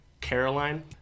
Caroline